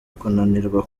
kunanirwa